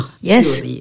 Yes